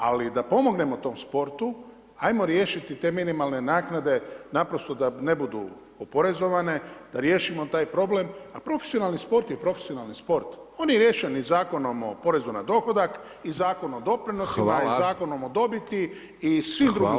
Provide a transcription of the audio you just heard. Ali da pomognemo tom sportu ajmo riješit te minimalne naknade naprosto da ne budu oporezovane da riješimo taj problem, a profesionalni sport je profesionalni sport, on je riješen i Zakonom o porezu na dohodak i Zakonom o doprinosima [[Upadica: Hvala.]] i Zakonom o dobiti i svim drugim zakonima.